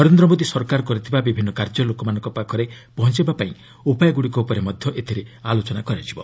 ନରେନ୍ଦ୍ର ମୋଦି ସରକାର କରିଥିବା ବିଭିନ୍ନ କାର୍ଯ୍ୟ ଲୋକମାନଙ୍କ ପାଖରେ ପହଞ୍ଚାଇବା ପାଇଁ ଉପାୟଗୁଡ଼ିକ ଉପରେ ମଧ୍ୟ ଏଥିରେ ଆଲୋଚନା ହେବ